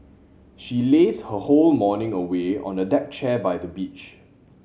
she lazed her whole morning away on a deck chair by the beach